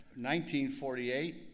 1948